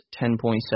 10.7